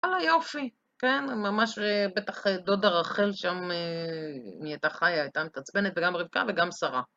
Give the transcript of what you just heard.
הלא יופי, כן? ממש בטח דודה רחל שם, היא הייתה חיה, הייתה מתעצבנת, וגם רבקה וגם שרה.